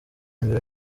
mbere